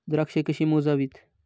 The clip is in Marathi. द्राक्षे कशी मोजावीत?